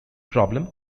problem